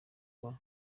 baba